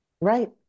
Right